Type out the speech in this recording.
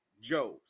Joes